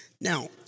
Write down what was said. Now